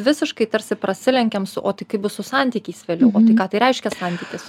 visiškai tarsi prasilenkiam su o tai kaip bus su santykiais vėliau o tai ką tai reiškia santykis